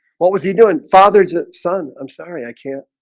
what was he doing father's that son, i'm sorry. i can't